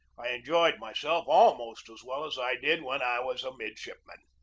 i enjoyed myself almost as well as i did when i was a midshipman.